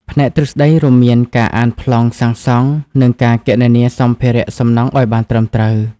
ផ្នែកទ្រឹស្តីរួមមានការអានប្លង់សាងសង់និងការគណនាសម្ភារសំណង់ឱ្យបានត្រឹមត្រូវ។